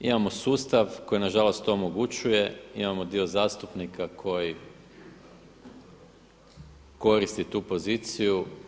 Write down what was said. Imamo sustav koji na žalost to omogućuje, imamo dio zastupnika koji koristi tu poziciju.